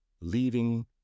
leaving